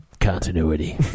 Continuity